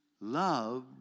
loved